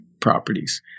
properties